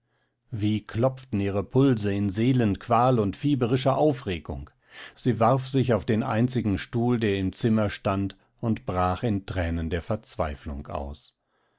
wie klopften ihre pulse in seelenqual und fieberischer aufregung sie warf sich auf den einzigen stuhl der im zimmer stand und brach in thränen der verzweiflung aus